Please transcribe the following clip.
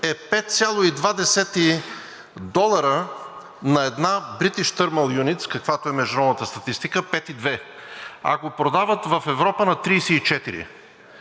е 5,2 долара на една British thermal unit, каквато е международната статистика – 5,2, а ако продават в Европа, е на 34.